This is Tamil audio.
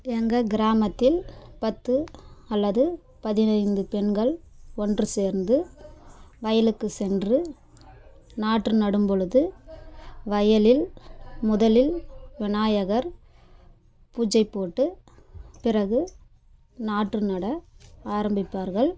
எங்கள் கிராமத்தில் பத்து அல்லது பதினைந்து பெண்கள் ஒன்று சேர்ந்து வயலுக்கு சென்று நாற்று நடும் பொழுது வயலில் முதலில் விநாயகர் பூஜை போட்டு பிறகு நாற்று நட ஆரம்பிப்பார்கள்